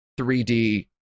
3D